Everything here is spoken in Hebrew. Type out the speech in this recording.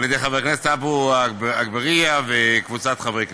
על-ידי חבר הכנסת עפו אגבאריה וקבוצת חברי הכנסת.